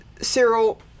Cyril